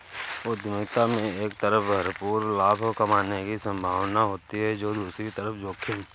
उद्यमिता में एक तरफ भरपूर लाभ कमाने की सम्भावना होती है तो दूसरी तरफ जोखिम